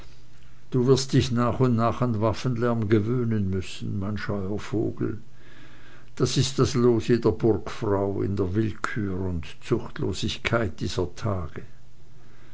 du wirst dich nach und nach an waffenlärm gewöhnen müssen mein scheuer vogel das ist das los jeder burgfrau in der willkür und zuchtlosigkeit dieser tage